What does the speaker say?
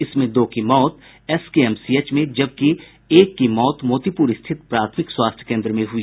इसमें दो की मौत एसकेएमसीएच में जबकि एक की मौत मोतीपूर स्थित प्राथमिक स्वास्थ्य केन्द्र में हुई